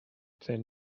than